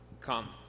Come